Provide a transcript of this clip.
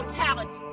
talent